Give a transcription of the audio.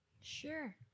Sure